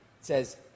says